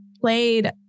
played